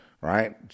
right